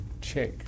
check